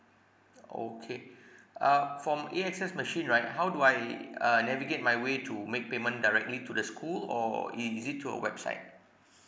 okay uh for m~ A_X_S machine right how do I uh navigate my way to make payment directly to the school or i~ is it through a website